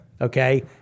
Okay